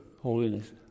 holiness